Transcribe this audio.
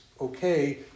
okay